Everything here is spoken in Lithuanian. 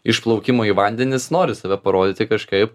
išplaukimo į vandenis nori save parodyti kažkaip